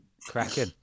cracking